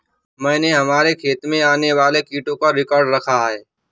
मैंने हमारे खेत में आने वाले कीटों का रिकॉर्ड रखा है